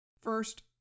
First